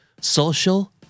social